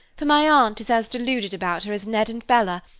for my aunt is as deluded about her as ned and bella,